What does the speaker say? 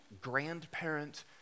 grandparent